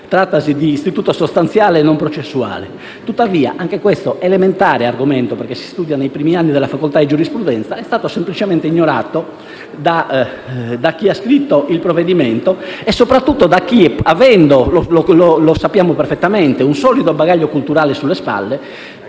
- è un istituto sostanziale e non processuale. Anche questo elementare argomento, che si studia nei primi anni della facoltà di giurisprudenza, è stato semplicemente ignorato da chi ha scritto il provvedimento e soprattutto da chi, avendo - come sappiamo perfettamente - un solido bagaglio culturale sulle spalle,